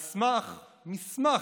על סמך מסמך,